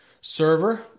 server